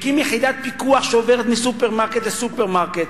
מקים יחידת פיקוח שעוברת מסופרמרקט לסופרמרקט,